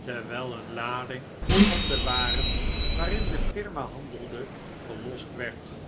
terwijl een lading van de waren waarin de firma handelde gelost werd